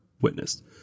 witnessed